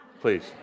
Please